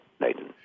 Nathan